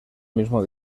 mismo